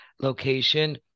location